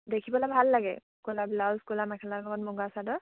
দেখিবলে ভাল লাগে ক'লা ব্লাউজ ক'লা মেখেলাৰ লগত মুগা চাদৰ